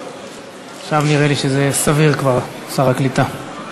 עכשיו נראה לי שזה סביר כבר, שר הקליטה.